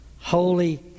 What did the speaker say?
Holy